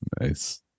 Nice